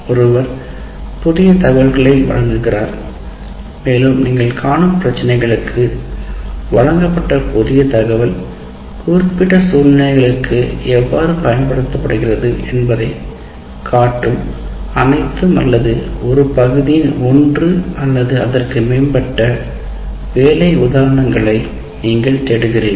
ஒருவர் புதிய தகவல்களை வழங்குகிறார் மேலும் நீங்கள் காணும் பிரச்சினைகளுக்கு வழங்கப்பட்ட தகவல் குறிப்பிட்ட சூழ்நிலைகளுக்கு எவ்வாறு பயன்படுத்தப்படுகிறது என்பதைக் காட்டும் அனைத்து அல்லது ஒரு பகுதியின் ஒன்று அல்லது அதற்கு மேற்பட்ட வேலை உதாரணங்களை நீங்கள் தேடுகிறீர்கள்